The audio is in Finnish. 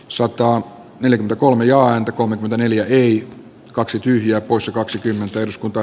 sota on yli kolme joan kolmekymmentäneljä ei kaksi tyhjää poissa kaksikymmentä eduskunta